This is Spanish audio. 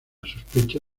sospecha